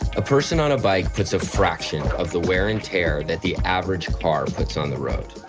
a person on a bike puts a fraction of the wear and tear that the average car puts on the road.